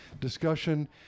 discussion